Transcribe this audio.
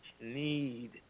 need